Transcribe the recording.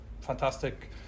fantastic